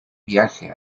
viaje